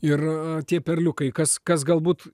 ir tie perliukai kas kas galbūt